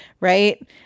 right